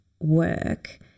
work